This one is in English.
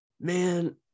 man